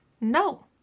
No